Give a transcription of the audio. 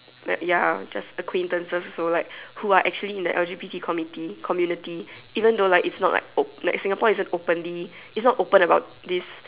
like ya just acquaintances also like who are actually in the L_G_B_T community community even though it's not like op~ like Singapore isn't openly isn't open about this